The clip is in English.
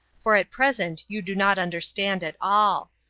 for at present you do not understand at all.